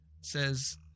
says